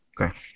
Okay